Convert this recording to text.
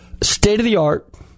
State-of-the-art